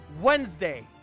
Wednesday